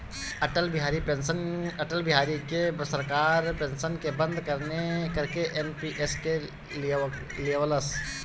अटल बिहारी के सरकार पेंशन के बंद करके एन.पी.एस के लिअवलस